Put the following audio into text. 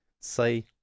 Say